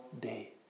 day